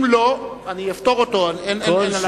אם לא, אני אפטור אותו, אין עליו חובה.